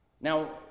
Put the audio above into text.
Now